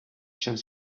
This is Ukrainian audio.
час